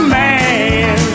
man